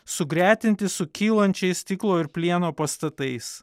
sugretinti su kylančiais stiklo ir plieno pastatais